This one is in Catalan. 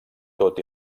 tot